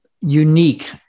unique